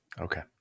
Okay